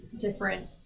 different